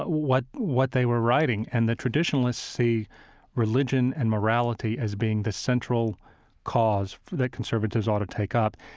but what what they were writing. and the traditionalists see religion and morality as being the central cause that conservatives ought to take up.